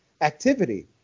activity